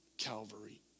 Calvary